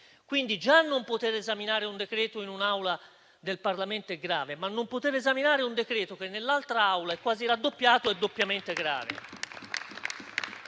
quindi già non poter esaminare un decreto-legge in un'Aula del Parlamento è grave; ma non poter esaminare un decreto che nell'altra Camera è quasi raddoppiato è doppiamente grave.